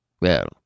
Well